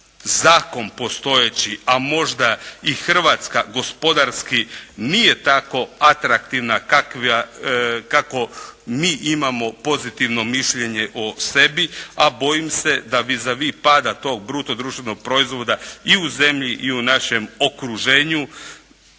zakon postojeći a možda i hrvatska gospodarski nije tako atraktivna kako mi imamo pozitivno mišljenje o sebi, a bojim se da vis a vis pada tog bruto društvenog proizvoda i u zemlji i u našem okruženju